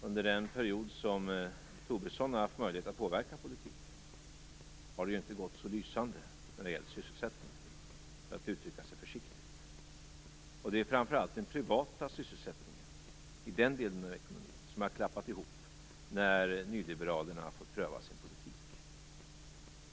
Under den period som Tobisson har haft möjlighet att påverka politiken har det ju inte gått så lysande när det gäller sysselsättningen, för att uttrycka sig försiktigt. Det är framför allt den privata sysselsättningen som har klappat ihop när nyliberalerna har fått pröva sin politik.